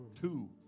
two